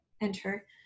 enter